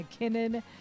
McKinnon